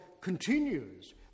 continues